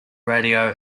radio